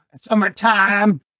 summertime